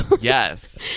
Yes